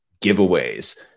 giveaways